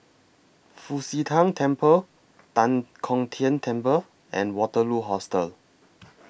Fu Xi Tang Temple Tan Kong Tian Temple and Waterloo Hostel